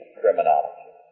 criminology